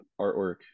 artwork